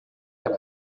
have